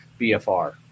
BFR